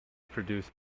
produced